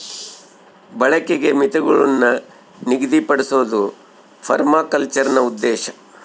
ಬಳಕೆಗೆ ಮಿತಿಗುಳ್ನ ನಿಗದಿಪಡ್ಸೋದು ಪರ್ಮಾಕಲ್ಚರ್ನ ಉದ್ದೇಶ